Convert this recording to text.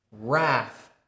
wrath